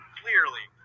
clearly